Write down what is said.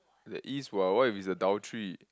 there is what what if it's adultery